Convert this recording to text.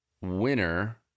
Winner